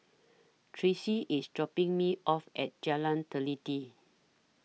Tracie IS dropping Me off At Jalan Teliti